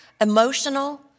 emotional